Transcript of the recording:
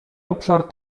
obszar